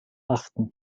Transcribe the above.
achten